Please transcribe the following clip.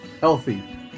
healthy